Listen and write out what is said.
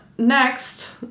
Next